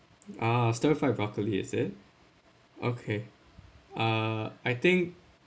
ah stir fried broccoli is it okay uh I think